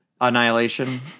Annihilation